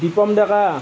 Deepam Deka